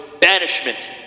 banishment